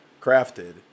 Crafted